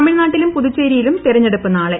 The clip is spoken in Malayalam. തമിഴ്നാട്ടിലും പുതുച്ചേരിയിലും തെരഞ്ഞെടുപ്പ് നാളെ